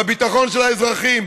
בביטחון של האזרחים,